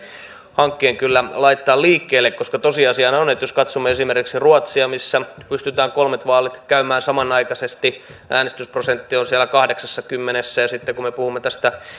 hankkeen laittaa liikkeelle koska tosiasiahan on on että jos katsomme esimerkiksi ruotsia missä pystytään kolmet vaalit käymään samanaikaisesti niin äänestysprosentti on siellä kahdeksassakymmenessä ja sitten kun me puhumme tästä